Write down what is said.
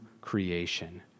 creation